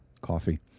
coffee